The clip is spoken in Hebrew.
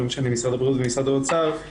משרד הבריאות ומשרד האוצר,